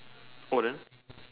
oh then